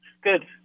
Good